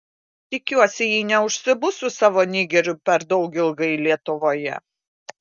tikiuosi ji neužsibus su savo nigeriu per daug ilgai lietuvoje